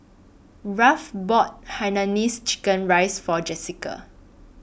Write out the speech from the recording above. Ralph bought Hainanese Chicken Rice For Jessica